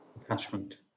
attachment